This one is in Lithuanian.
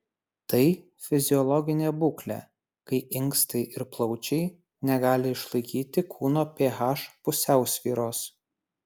tai fiziologinė būklė kai inkstai ir plaučiai negali išlaikyti kūno ph pusiausvyros